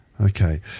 Okay